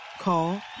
Call